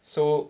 so